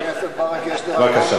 39